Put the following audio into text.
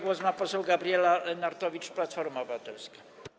Głos ma poseł Gabriela Lenartowicz, Platforma Obywatelska.